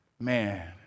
man